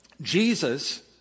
Jesus